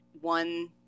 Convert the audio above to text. one